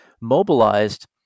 mobilized